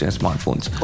smartphones